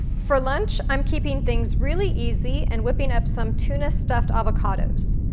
for lunch, i'm keeping things really easy and whipping up some tuna-stuffed avocados.